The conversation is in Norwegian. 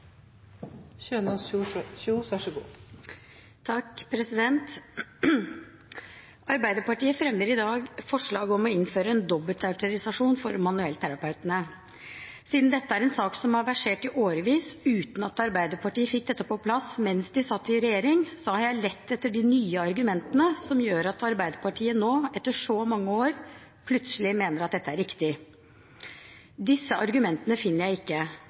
Arbeiderpartiet fremmer i dag forslag om å innføre en dobbeltautorisasjon for manuellterapeutene. Siden dette er en sak som har versert i årevis, uten at Arbeiderpartiet fikk dette på plass mens de satt i regjering, har jeg lett etter de nye argumentene som gjør at Arbeiderpartiet nå, etter så mange år, plutselig mener at dette er riktig. Disse argumentene finner jeg ikke,